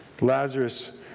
Lazarus